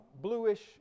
bluish